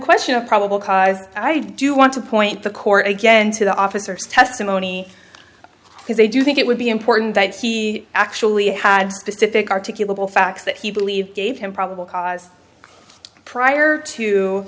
question of probable cause i do want to point the court again to the officers testimony because they do think it would be important that he actually had specific articulable facts that he believed gave him probable cause prior to